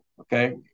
okay